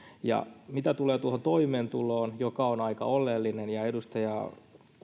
mitä tulee tuohon toimeentuloon joka on aika oleellinen ja edustaja